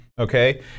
Okay